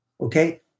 okay